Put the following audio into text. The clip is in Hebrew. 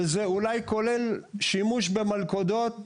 שזה אולי כולל שימוש במלכודות,